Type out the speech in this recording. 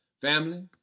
Family